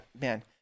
man